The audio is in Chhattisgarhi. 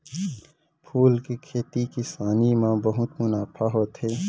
फूल के खेती किसानी म बहुत मुनाफा होथे